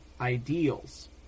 ideals